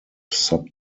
sub